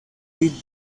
dressed